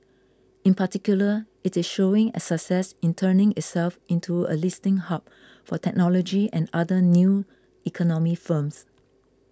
in particular it is showing a success in turning itself into a listing hub for technology and other 'new economy' firms